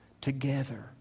together